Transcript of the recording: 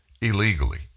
illegally